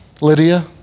Lydia